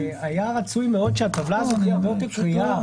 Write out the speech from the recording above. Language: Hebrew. היה רצוי מאוד שהטבלה הזאת תהיה הרבה יותר קריאה.